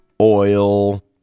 oil